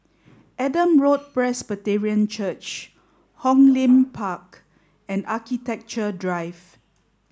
Adam Road Presbyterian Church Hong Lim Park and Architecture Drive